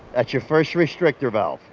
that's your first restrictor valve.